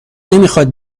نمیخاد